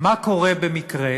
מה קורה במקרה